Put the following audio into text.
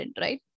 right